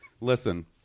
Listen